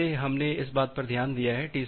वैसे हमने उस पर ध्यान दिया है